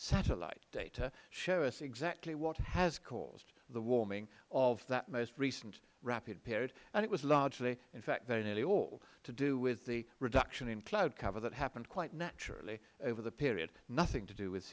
satellite data show us exactly what has caused the warming of that most recent rapid period and it was largely in fact very nearly all to do with the reduction in cloud cover that happened quite naturally over the period nothing to do with